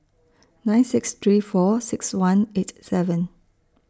nine six three four six one eight seven